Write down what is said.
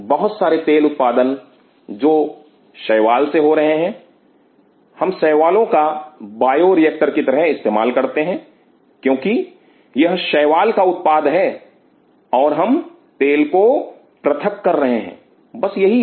बहुत सारे तेल उत्पादन जो शैवाल से हो रहे हैं हम शैवालों का बायोरिएक्टर की तरह इस्तेमाल करते हैं क्योंकि यह शैवाल का उत्पाद है और हम तेल को प्रथक कर रहे हैं बस यही है